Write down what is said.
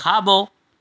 खाॿो